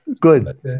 Good